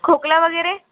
खोकला वगैरे